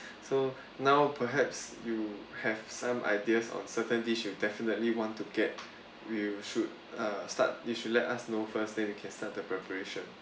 so now perhaps you have some ideas on certain dish you definitely want to get we will should err start you should let us know first then we can start the preparation